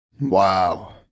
Wow